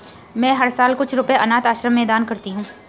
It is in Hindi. मैं हर साल कुछ रुपए अनाथ आश्रम में दान करती हूँ